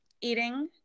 eating